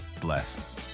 Bless